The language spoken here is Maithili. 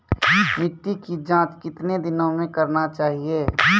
मिट्टी की जाँच कितने दिनों मे करना चाहिए?